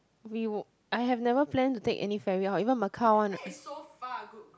we I have never planned to take any ferry out even Macau one